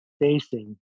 facing